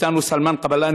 אתנו סלמאן קבלאן,